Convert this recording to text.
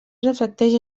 reflecteix